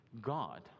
God